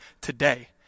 today